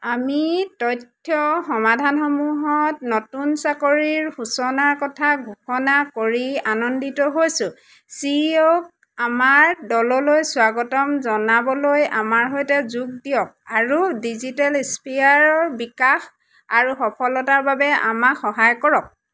আমি তথ্য সমাধানসমূহত নতুন চাকৰিৰ সূচনাৰ কথা ঘোষণা কৰি আনন্দিত হৈছোঁ চি অ'ক আমাৰ দললৈ স্বাগতম জনাবলৈ আমাৰ সৈতে যোগ দিয়ক আৰু ডিজিটেল স্ফিয়াৰৰ বিকাশ আৰু সফলতাৰ বাবে আমাক সহায় কৰক